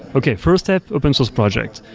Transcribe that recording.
okay, first step, open source project.